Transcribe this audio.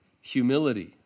humility